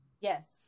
yes